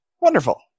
Wonderful